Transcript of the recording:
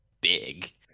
big